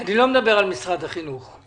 אני לא מדבר על משרד החינוך,